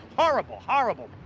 horrible! horrible!